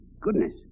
goodness